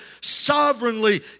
sovereignly